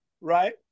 right